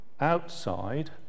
outside